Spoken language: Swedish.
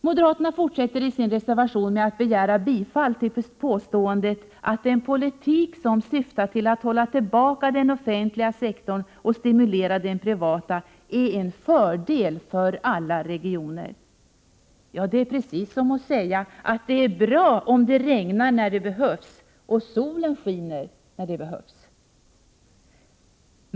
Moderaterna fortsätter i sin reservation med att begära stöd för påståendet att en politik som syftar till att hålla tillbaka den offentliga sektorn och stimulera den privata är en fördel för alla regioner. Det är precis som att säga att det är bra om det regnar när det behövs och om solen skiner när det behövs.